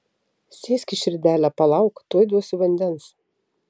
sėskis širdele palauk tuoj duosiu vandens